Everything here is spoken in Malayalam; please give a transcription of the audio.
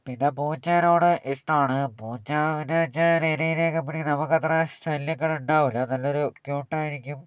പിന്നെ പൂച്ചേനോട് ഇഷ്ടമാണ് പൂച്ചയെന്നു വച്ചാൽ എലിയിനെ ഒക്കെ പിടിക്കും നമുക്ക് അത്ര ശല്യങ്ങളുണ്ടാവില്ല നല്ലൊരു ക്യൂട്ട് ആയിരിക്കും